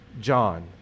John